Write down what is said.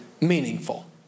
meaningful